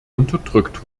unterdrückt